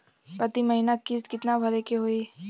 प्रति महीना किस्त कितना भरे के होई?